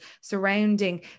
surrounding